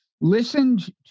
listened